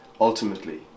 Ultimately